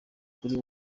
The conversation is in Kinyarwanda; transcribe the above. kuri